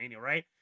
right